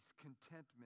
contentment